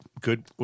good